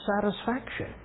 satisfaction